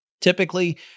typically